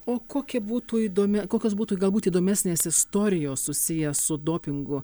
o kokia būtų įdomi kokios būtų galbūt įdomesnės istorijos susiję su dopingu